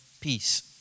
peace